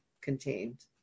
contained